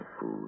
food